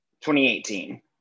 2018